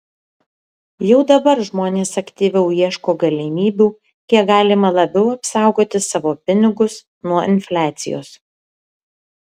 jau dabar žmonės aktyviau ieško galimybių kiek galima labiau apsaugoti savo pinigus nuo infliacijos